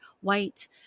white